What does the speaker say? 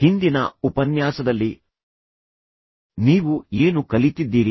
ಹಿಂದಿನ ಉಪನ್ಯಾಸದಲ್ಲಿ ನೀವು ಏನು ಕಲಿತಿದ್ದೀರಿ